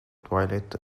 toilet